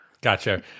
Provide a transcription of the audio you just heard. Gotcha